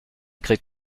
kriegt